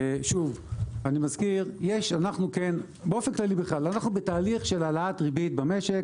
אני מזכיר שבאופן כללי אנחנו בתהליך של העלאת הריבית במשק.